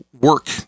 work